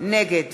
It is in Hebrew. נגד